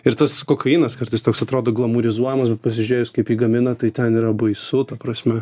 ir tas kokainas kartais toks atrodo glamurizuojamas bet pasižiūrėjus kaip jį gamina tai ten yra baisu ta prasme